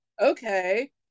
Okay